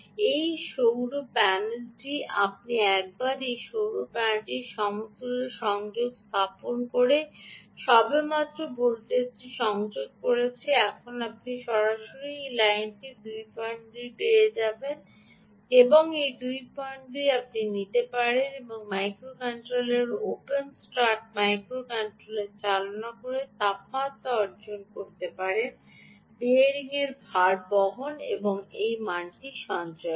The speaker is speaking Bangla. এই সৌর প্যানেলটি আপনি একবার সৌর প্যানেলের সমতুল্য সংযোগ স্থাপন করে আমি সবেমাত্র ভোল্টেজটি সংযুক্ত করেছি এখন আপনি সরাসরি এই লাইনটি 22 পেয়ে যাবেন এই 22 আপনি নিতে পারেন এবং micro controller open start micro controller চালনা করে তাপমাত্রা অর্জন করতে পারেন বিয়ারিং বল ভারবহন এবং সেই মানটি সঞ্চয় করে